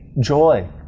joy